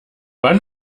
wann